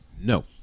No